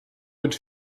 mit